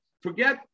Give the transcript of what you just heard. Forget